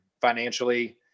financially